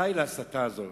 די להסתה הזאת.